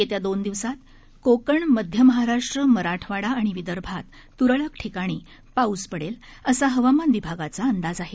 येत्या दोन दिवसांत कोकण मध्य महाराष्ट्र मराठवाडा आणि विदर्भात तुरळक ठिकाणी पाऊस पडेल असा हवामान विभागाचा अंदाज आहे